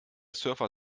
surfer